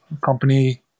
Company